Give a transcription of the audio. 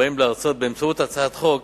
ובאמצעות הצעת חוק,